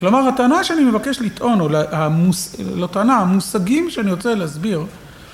כלומר, הטענה שאני מבקש לטעון, או לא טענה המושגים שאני רוצה להסביר,